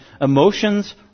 emotions